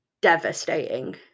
devastating